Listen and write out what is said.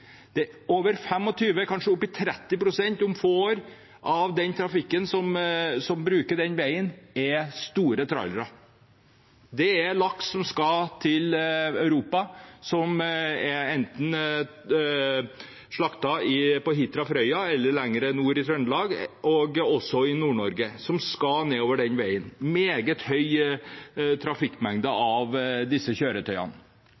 Over 25 pst. – kanskje opp i 30 pst. om få år – av trafikken som bruker den veien, er store trailere. Det er laks som skal til Europa, som enten er slaktet på Hitra eller Frøya eller lenger nord i Trøndelag, eller også i Nord-Norge, som skal nedover den veien. En meget stor trafikkmengde